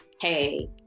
hey